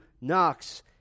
knocks